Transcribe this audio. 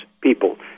people